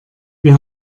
wir